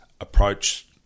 approach